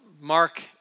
Mark